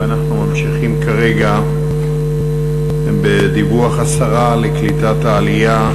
אנחנו ממשיכים כרגע בדיווח השרה לקליטת העלייה,